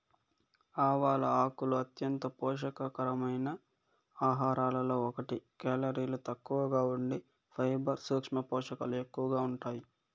ఆవాల ఆకులు అంత్యంత పోషక కరమైన ఆహారాలలో ఒకటి, కేలరీలు తక్కువగా ఉండి ఫైబర్, సూక్ష్మ పోషకాలు ఎక్కువగా ఉంటాయి